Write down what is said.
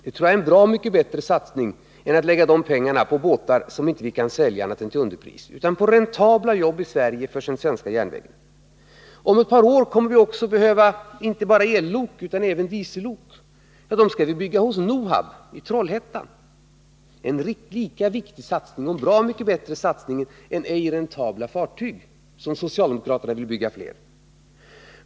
Det tror jag är en bra mycket bättre satsning än att lägga de pengarna på båtar som vi inte kan sälja annat än till underpriser. Vi lägger dem då på räntabla jobb i Sverige för den svenska järnvägen. Om ett par år kommer vi att behöva inte bara ellok utan också diesellok. Dem skall vi bygga hos Nohab i Tollhättan — en lika viktig och bra mycket bättre satsning än satsningar på ej räntabla fartyg, som socialdemokraterna vill bygga fler.